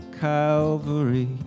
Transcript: Calvary